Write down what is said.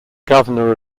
governor